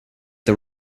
the